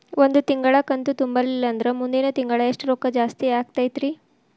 ಒಂದು ತಿಂಗಳಾ ಕಂತು ತುಂಬಲಿಲ್ಲಂದ್ರ ಮುಂದಿನ ತಿಂಗಳಾ ಎಷ್ಟ ರೊಕ್ಕ ಜಾಸ್ತಿ ಆಗತೈತ್ರಿ?